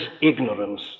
ignorance